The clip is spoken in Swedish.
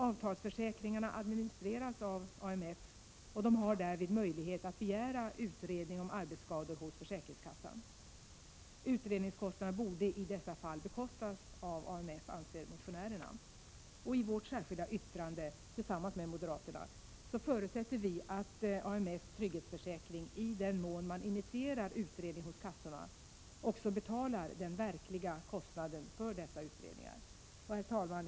Avtalsförsäkringarna administreras av AMF, som har möjlighet att hos försäkringskassan därvid begära utredning om arbetsskador. Utredningskostnaderna borde i dessa fall bekostas av AMF, anser motionären. I vårt särskilda yttrande tillsammans med moderaterna förutsätter vi att AMF-Trygghetsförsäkring i den mån man initierar utredning hos kassorna också betalar den verkliga kostnaden för dessa utredningar. Herr talman!